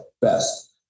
best